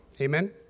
Amen